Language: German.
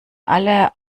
alle